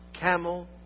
camel